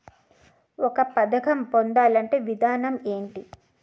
ఒక పథకం పొందాలంటే విధానం ఏంటి?